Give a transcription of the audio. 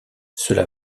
cela